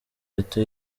leta